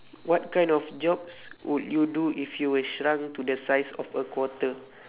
what kind of jobs would you do if you were shrunk to the size of a quarter